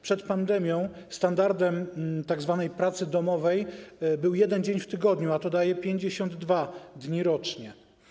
Przed pandemią standardem tzw. pracy domowej był 1 dzień w tygodniu, a to daje 52 dni rocznie.